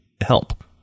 help